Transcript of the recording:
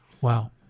Wow